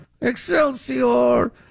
Excelsior